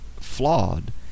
flawed